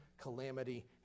calamity